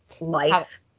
life